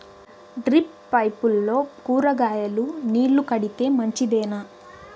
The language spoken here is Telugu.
డ్రిప్ పైపుల్లో కూరగాయలు నీళ్లు కడితే మంచిదేనా?